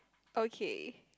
okay